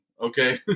Okay